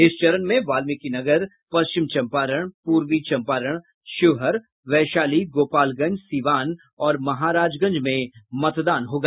इस चरण में वाल्मीकिनगर पश्चिम चंपारण पूर्वी चंपारण शिवहर वैशाली गोपालगंज सिवान और महाराजगंज में मतदान होगा